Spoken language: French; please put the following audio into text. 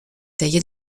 taillée